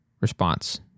response